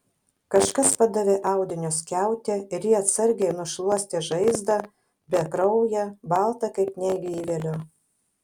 kažkas padavė audinio skiautę ir ji atsargiai nušluostė žaizdą bekrauję baltą kaip negyvėlio